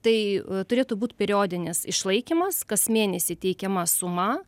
tai turėtų būt periodinis išlaikymas kas mėnesį teikiama suma